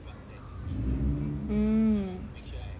mm